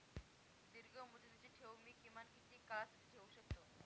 दीर्घमुदतीचे ठेव मी किमान किती काळासाठी ठेवू शकतो?